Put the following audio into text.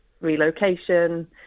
relocation